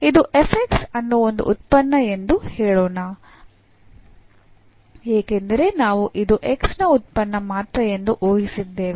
ಇದು ಅನ್ನು ಒಂದು ಉತ್ಪನ್ನ ಎಂದು ಹೇಳೋಣ ಏಕೆಂದರೆ ನಾವು ಇದು x ನ ಉತ್ಪನ್ನ ಮಾತ್ರ ಎಂದು ಊಹಿಸಿದ್ದೇವೆ